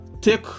take